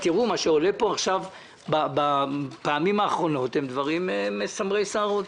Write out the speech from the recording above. מה שעולה פה בפעמים האחרונות זה דברים מסמרי שיער.